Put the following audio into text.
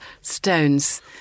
stones